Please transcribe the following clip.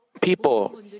People